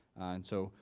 and so,